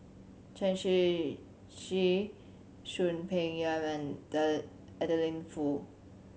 Chen Shiji Soon Peng Yam and Adeline Foo